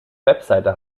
website